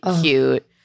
cute